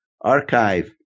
archive